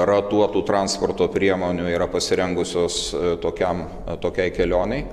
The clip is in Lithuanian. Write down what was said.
ratuotų transporto priemonių yra pasirengusios tokiam tokiai kelionei